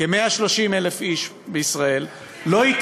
עוד